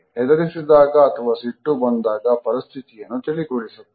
ಹೆದರಿಸಿದಾಗ ಅಥವಾ ಸಿಟ್ಟು ಬಂದಾಗ ಪರಿಸ್ಥಿತಿಯನ್ನು ತಿಳಿಗೊಳಿಸುತ್ತದೆ